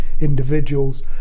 individuals